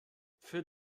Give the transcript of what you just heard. für